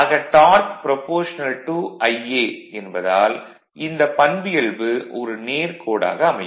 ஆக dark α Ia என்பதால் இந்த பண்பியல்பு ஒரு நேர் கோடாக அமையும்